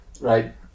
Right